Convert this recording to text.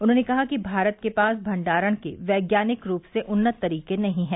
उन्होंने कहा कि भारत के पास भंडारण के वैज्ञानिक रूप से उन्नत तरीके नहीं हैं